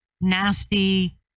nasty